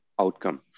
outcome